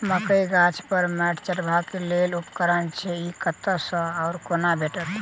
मकई गाछ पर मैंट चढ़ेबाक लेल केँ उपकरण छै? ई कतह सऽ आ कोना भेटत?